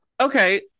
okay